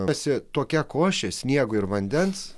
gaunasi tokia košė sniego ir vandens